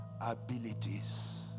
Abilities